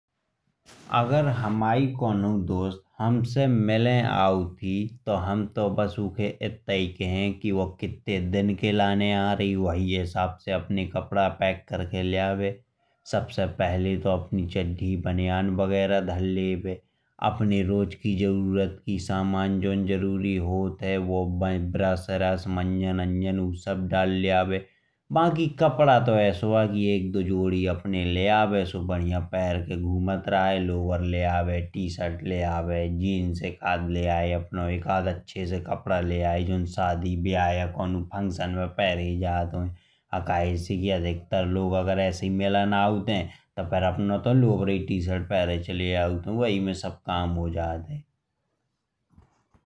अगर हमाई कोनहऊ दोस्त हमसे मिले अउत। ही तो हम तो बस उखे इत्तई कहे कि बो कित्ते दिन के लाने अउत। ही बही हीअब से अपने कपड़ा पैक करके लेलाबे। सबसे पहिले तो अपने चड्डी। बनियान बगेरा धर लए अउर अपने जउन रोज को जरूरत को सामान होत है। मंजन ब्रश डाल ले आबे। बाकी कपड़ा तो एसे आए कि एक दो जोड़ी अपने ले आबे। बढ़िया पहाड़ के घूमत रहे लोबर ले आबे टीशर्ट ले आबे। जींस एक आठ ले आए अपनो एक आठ अच्छे से कपड़ा ले आबे। जउन की शादी व्याह कोनहऊ फंक्शन में फिरे जात होए। कहे से कि अगर लोग एसायी मिलन अउत है तो बे। तो लोबरायी टीशर्ट पहने चले अउत है बही में सब काम हो जात है।